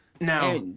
Now